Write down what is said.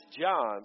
John